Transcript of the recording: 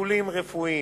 משיקולים רפואיים.